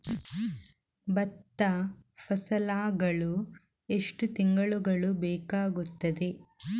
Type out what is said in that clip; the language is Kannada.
ಭತ್ತ ಫಸಲಾಗಳು ಎಷ್ಟು ತಿಂಗಳುಗಳು ಬೇಕಾಗುತ್ತದೆ?